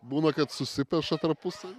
būna kad susipeša tarpusavy